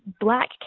black